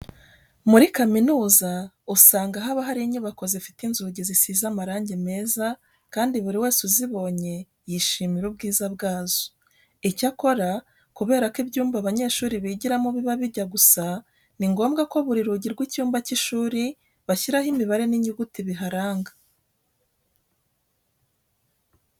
Muri kaminuza usanga haba hari inyubako zifite inzugi zisize amarange meza kandi buri wese uzibonye yishimira ubwiza bwazo. Icyakora kubera ko ibyumba abanyeshuri bigiramo biba bijya gusa, ni ngombwa ko buri rugi rw'icyumba cy'ishuri bashyiraho imibare n'inyuguti biharanga.